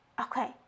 Okay